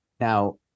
Now –